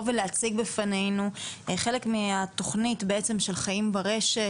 ולהציג בפנינו חלק מהתכנית בעצם של 'חיים ברשת',